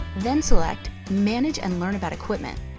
then select manage and learn about equipment